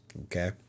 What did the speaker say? Okay